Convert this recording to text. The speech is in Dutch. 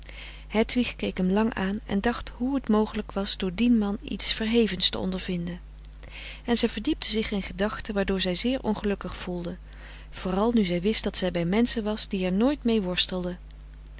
hedwig keek hem lang aan en dacht hoe t mogelijk was door dien man iets verhevens te ondervinden en zij verdiepte zich in gedachten waardoor zij zeer ongelukkig voelde vooral nu zij wist dat zij bij menschen was die er nooit mee worstelden